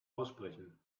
aussprechen